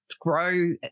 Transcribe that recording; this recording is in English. grow